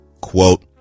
Quote